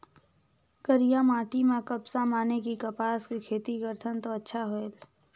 करिया माटी म कपसा माने कि कपास के खेती करथन तो अच्छा होयल?